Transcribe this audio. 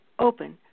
open